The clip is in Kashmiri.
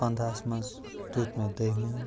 پَنٛداہَس منٛز دیُت مےٚ دٔہمہِ ہُنٛد